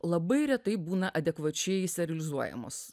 labai retai būna adekvačiai serializuojamos